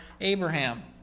Abraham